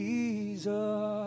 Jesus